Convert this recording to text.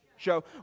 show